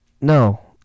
No